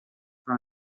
for